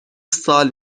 سال